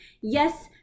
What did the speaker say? Yes